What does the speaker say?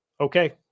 okay